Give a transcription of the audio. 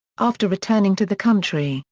after returning to the country,